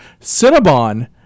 Cinnabon